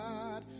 God